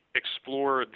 explore